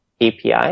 API